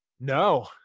No